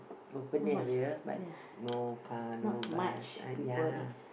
open area but no car no bus ah ya